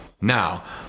Now